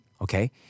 Okay